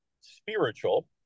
spiritual